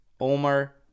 Omar